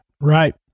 right